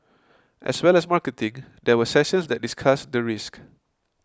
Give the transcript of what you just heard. as well as marketing there were sessions that discussed the risks